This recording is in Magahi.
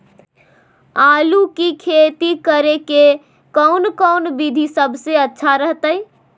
आलू की खेती करें के कौन कौन विधि सबसे अच्छा रहतय?